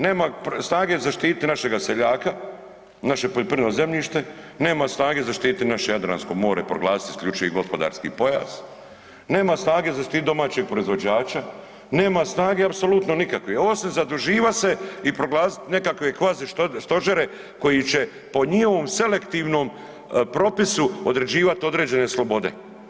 Nema snage zaštititi našega seljaka, naše poljoprivredno zemljište, nema snage zaštititi naše Jadransko more, proglasiti isključivi gospodarski pojas, nema snage zaštititi domaćeg proizvođača, nema snage apsolutno nikakve osim zaduživat se i proglasit nekakve kvazistožere koji će po njihovom selektivnom propisu određivat određene slobode.